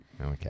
Okay